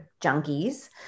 junkies